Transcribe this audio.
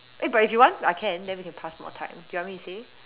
eh but if you want I can then we can pass more time do you want me to say